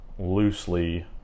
loosely